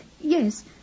Yes